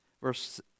Verse